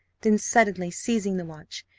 then suddenly seizing the watch,